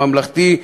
ממלכתי,